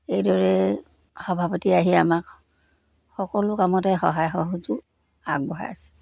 এইদৰে সভাপতি আহি আমাক সকলো কামতে সহায় সহযোগ আগবঢ়াইছে